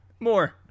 More